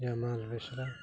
ᱡᱟᱢᱟᱞ ᱵᱮᱥᱨᱟ